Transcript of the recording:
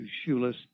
Shoeless